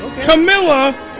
Camilla